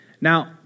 Now